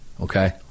Okay